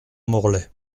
morlaix